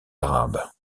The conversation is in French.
arabes